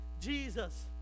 Jesus